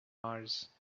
mars